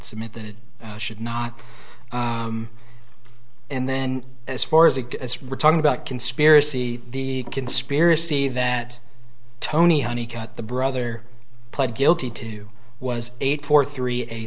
submit that it should not and then as far as a as for talking about conspiracy the conspiracy that tony honey cut the brother pled guilty to was eight four three a